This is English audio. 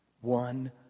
One